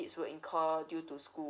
fees were incurred due to school